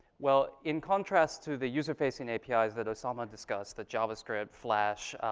well, in contrast to the user-facing apis that ossama discussed the javascript, flash,